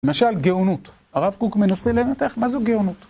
למשל, גאונות. הרב קוק מנסה לנתח, מה זו גאונות?